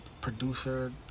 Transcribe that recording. producer